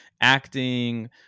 acting